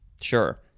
sure